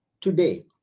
today